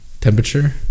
Temperature